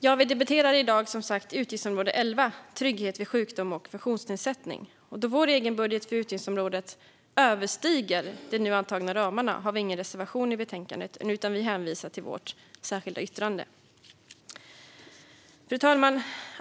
Som sagt debatterar vi i dag utgiftsområde 10 Ekonomisk trygghet vid sjukdom och funktionsnedsättning. Då vår egen budget för utgiftsområdet överstiger de nu antagna ramarna har vi ingen reservation i betänkandet, utan vi hänvisar till vårt särskilda yttrande. Fru talman!